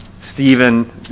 Stephen